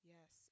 Yes